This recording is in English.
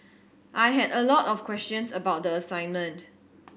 I had a lot of questions about the assignment